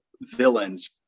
villains